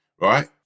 Right